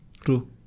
true